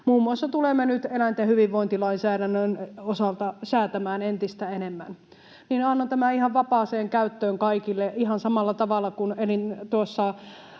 muun muassa tulemme nyt eläinten hyvinvointilainsäädännön osalta säätämään entistä enemmän — niin annan tämän ihan vapaaseen käyttöön kaikille: ihan samalla tavalla kuin olemme